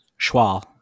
Schwal